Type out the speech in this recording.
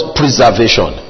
preservation